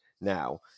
Now